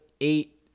eight